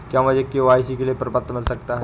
क्या मुझे के.वाई.सी के लिए प्रपत्र मिल सकता है?